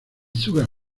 sugar